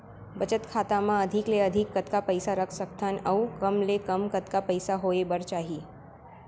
बचत खाता मा अधिक ले अधिक कतका पइसा रख सकथन अऊ कम ले कम कतका पइसा होय बर चाही?